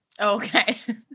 Okay